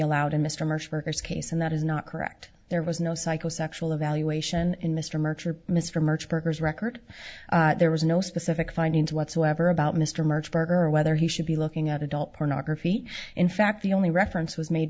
allowed in mr marsh workers case and that is not correct there was no psychosexual evaluation in mr march or mr merged workers record there was no specific findings whatsoever about mr merge berger or whether he should be looking at adult pornography in fact the only reference was made